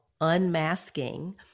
unmasking